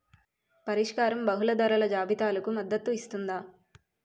పరిష్కారం బహుళ ధరల జాబితాలకు మద్దతు ఇస్తుందా?